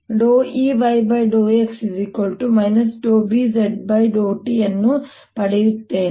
ಮತ್ತು Ey∂x Bz∂t ಅನ್ನು ಪಡೆಯುತ್ತೇನೆ